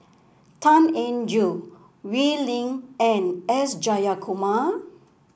Tan Eng Joo Wee Lin and S Jayakumar